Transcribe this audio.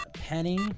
penny